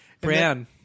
Bran